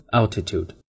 altitude